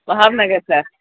ஆமாம்ங்க சார்